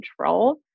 control